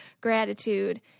gratitude